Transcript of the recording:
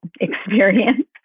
experience